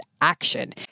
Action